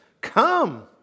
Come